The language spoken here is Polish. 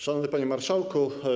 Szanowny Panie Marszałku!